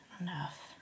enough